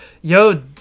yo